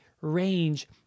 range